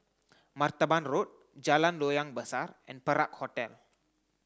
Martaban Road Jalan Loyang Besar and Perak Hotel